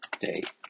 date